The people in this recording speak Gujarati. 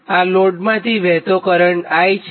આ લોડમાંથી વહેતો કરંટ I છે